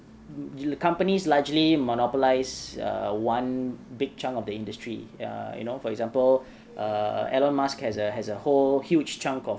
companies largely monopolise err one big chunk of the industry err you know for example err elon musk has a has a whole huge chunk of